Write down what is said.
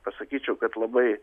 pasakyčiau kad labai